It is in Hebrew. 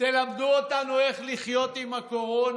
תלמדו אותנו איך לחיות עם הקורונה.